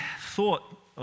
thought